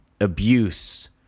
abuse